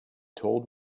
told